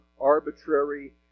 arbitrary